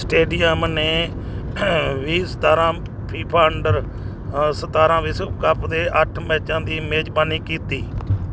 stadium ਨੇ ਵੀਹ ਸਤਾਰ੍ਹਾਂ ਫੀਫਾ ਅੰਡਰ ਸਤਾਰ੍ਹਾਂ ਵਿਸ਼ਵ ਕੱਪ ਦੇ ਅੱਠ ਮੈਚਾਂ ਦੀ ਮੇਜ਼ਬਾਨੀ ਕੀਤੀ